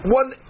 one